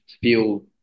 feel